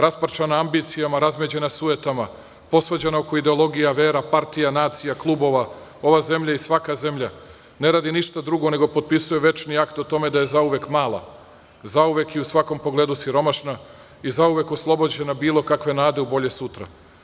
Rasparčana ambicijama, razmeđena sujetama, posvađana oko ideologija, vera, partija, nacija, klubova, ova zemlja i svaka zemlja ne radi ništa drugo nego potpisuje večni akt o tome da je zauvek mala, zauvek i u svakom pogledu siromašna i zauvek oslobođena bilo kakve nade u bolje sutra.